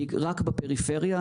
רק בפריפריה.